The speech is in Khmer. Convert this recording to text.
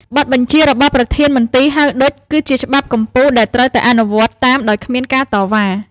បទបញ្ជារបស់ប្រធានមន្ទីរ ហៅឌុច គឺជាច្បាប់កំពូលដែលត្រូវតែអនុវត្តតាមដោយគ្មានការតវ៉ា។